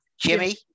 jimmy